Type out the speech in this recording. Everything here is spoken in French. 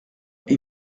est